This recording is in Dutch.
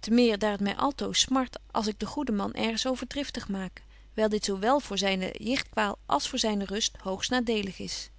te meer daar het my altoos smart als ik den goeden man ergens over driftig maak wyl dit zo wel voor zyne jichtkwaal als voor zyne rust hoogst nadeelig is